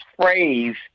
phrase